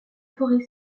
forêt